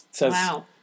Wow